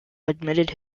admitted